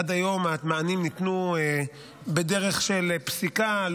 עד היום המענים ניתנו בדרך של פסיקה,